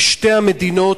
ושתי המדינות,